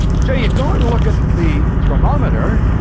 so you go and look at the thermometer,